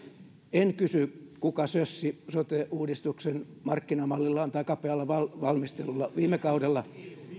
en kysy kuka sössi sote uudistuksen markkinamallillaan tai kapealla valmistelullaan viime kaudella